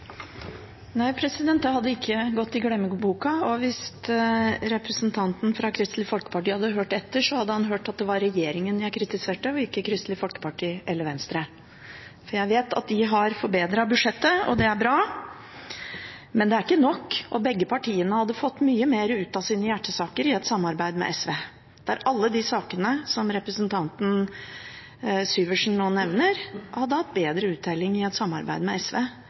Nei, det hadde ikke gått i glemmeboka. Hvis representanten fra Kristelig Folkeparti hadde hørt etter, hadde han hørt at det var regjeringen jeg kritiserte, og ikke Kristelig Folkeparti eller Venstre. Jeg vet at de har forbedret budsjettet, og det er bra. Men det er ikke nok, og begge partiene hadde fått mye mer ut av sine hjertesaker i et samarbeid med SV. I alle de sakene som representanten Syversen nå nevner, hadde han fått bedre uttelling i et samarbeid med SV